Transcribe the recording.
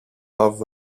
love